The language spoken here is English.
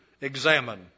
examine